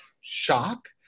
shock